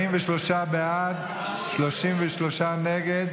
43 בעד, 33 נגד.